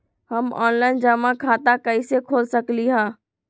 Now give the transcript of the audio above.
हम ऑनलाइन जमा खाता कईसे खोल सकली ह?